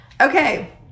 okay